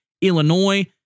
Illinois